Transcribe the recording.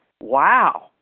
Wow